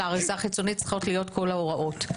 זו החיצונית צריכות להיות כל ההוראות.